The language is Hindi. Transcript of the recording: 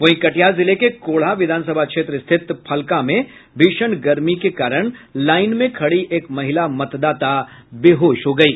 वहीं कटिहार जिले के कोढ़ा विधानसभा क्षेत्र स्थित फलका में भीषण गर्मी के कारण लाईन में खड़ी एक महिला मतदाता बेहोश हो गयी